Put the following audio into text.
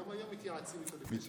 גם היום מתייעצים איתו לפני.